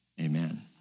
amen